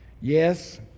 Yes